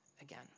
again